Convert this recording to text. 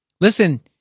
listen